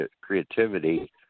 creativity